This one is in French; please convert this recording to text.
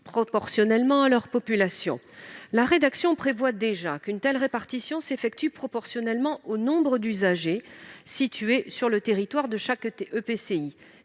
proportionnellement à leur population. Le texte, tel qu'il est rédigé, prévoit déjà qu'une telle répartition s'effectue proportionnellement au nombre d'usagers situés sur le territoire de chaque EPCI.